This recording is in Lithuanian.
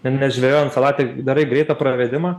nes žvejojant salatį darai greitą pravedimą